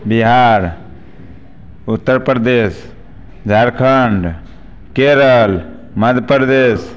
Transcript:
Bihar Uttar Pradesh Jharkhand Kerala Madhya Pradesh